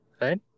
right